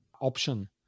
option